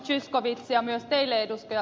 zyskowicz ja myös teille ed